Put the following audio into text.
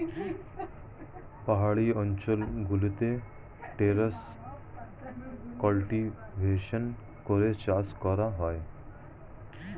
পাহাড়ি অঞ্চল গুলোতে টেরেস কাল্টিভেশন করে চাষ করা হয়